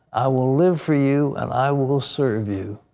i will live for you and i will will serve you.